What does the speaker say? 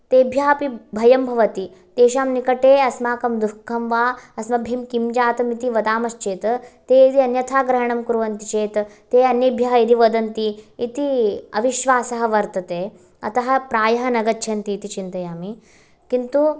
तेभ्यः अपि भयं भवति तेषां निकटे अस्माकं दुःखं वा अस्मभ्यं किं जातमिति वदामश्चेत् ते यदि अन्यथा ग्रहणं कुर्वन्ति चेत् ते अन्येभ्यः यदि वदन्ति इति अविश्वासः वर्तते अतः प्रायः न गच्छन्ति इति चिन्तयामि किन्तु